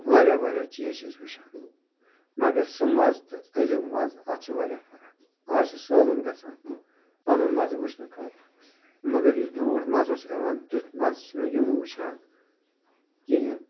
واریاہ واریاہ چیٖز چھِ أسۍ وُچھان مگر سُہ مزٕ تہٕ أزیُک مزٕ اَتھ چھِ واریاہ فرق اَز چھِ سورُم گژھان پَنُن مزٕ وُچھنہٕ خٲطرٕ مگر یُس برونٛٹھ مزٕ اوس یِوان تِیُتھ مزٕ چھنہٕ یِم وُچھان کِہیٖنۍ